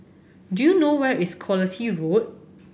do you know where is Quality Road